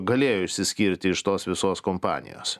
galėjo išsiskirti iš tos visos kompanijos